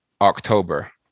October